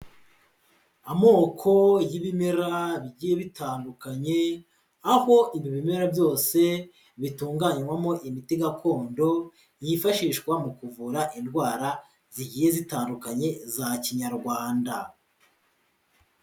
Amoko y'ibimera bigiye bitandukanye aho ibi bimera byose bitunganywamo imiti gakondo yifashishwa mu kuvura indwara zigiye zitandukanye za kinyarwanda.